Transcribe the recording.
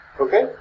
Okay